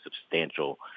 substantial